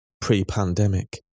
pre-pandemic